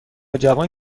جوان